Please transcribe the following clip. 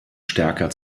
stärker